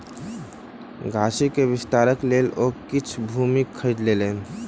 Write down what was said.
गाछी के विस्तारक लेल ओ किछ भूमि खरीद लेलैन